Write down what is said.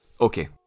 Okay